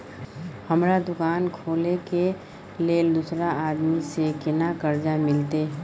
हमरा दुकान खोले के लेल दूसरा आदमी से केना कर्जा मिलते?